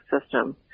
system